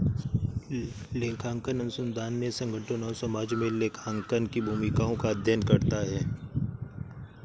लेखांकन अनुसंधान ने संगठनों और समाज में लेखांकन की भूमिकाओं का अध्ययन करता है